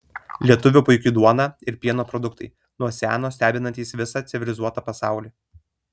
lietuvių puiki duona ir pieno produktai nuo seno stebinantys visą civilizuotą pasaulį